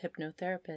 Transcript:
hypnotherapist